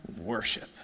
worship